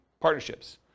partnerships